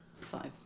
Five